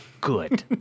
good